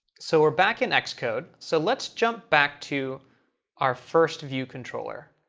so we're back in xcode. so let's jump back to our first view controller,